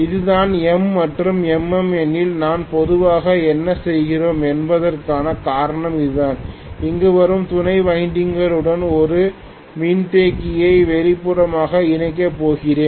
இதுதான் M மற்றும் MM எனில் நாம் பொதுவாக என்ன செய்கிறோம் என்பதற்கான காரணம் இதுதான் இங்கு வரும் துணை வைண்டிங் குடன் ஒரு மின்தேக்கியை வெளிப்புறமாக இணைக்கப் போகிறேன்